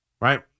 Right